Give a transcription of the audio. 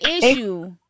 issue